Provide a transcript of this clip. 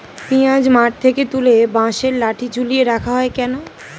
পিঁয়াজ মাঠ থেকে তুলে বাঁশের লাঠি ঝুলিয়ে রাখা হয় কেন?